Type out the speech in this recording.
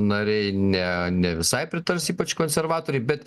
nariai ne ne visai pritars ypač konservatoriai bet